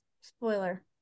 spoiler